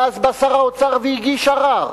ואז בא שר האוצר והגיש ערר.